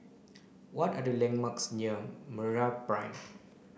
what are the landmarks near MeraPrime